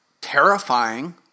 terrifying